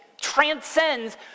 transcends